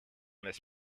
this